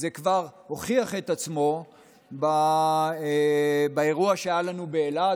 זה כבר הוכיח את עצמו באירוע שהיה לנו באלעד.